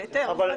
זה היתר.